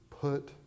put